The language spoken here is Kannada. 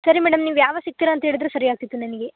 ಸರಿ ಮೇಡಮ್ ನೀವು ಯಾವಾಗ ಸಿಗ್ತೀರಾ ಅಂತ ಹೇಳಿದ್ರೆ ಸರಿಯಾಗ್ತಿತ್ತು ನನಗೆ